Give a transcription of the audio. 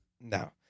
No